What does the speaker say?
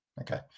Okay